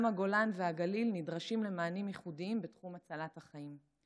גם הגולן והגליל נדרשים למענים ייחודיים בתחום הצלת החיים.